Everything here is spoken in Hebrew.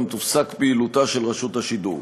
גם תופסק פעילותה של רשות השידור.